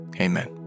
Amen